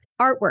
artwork